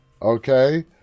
Okay